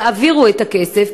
יעבירו את הכסף,